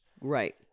Right